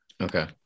Okay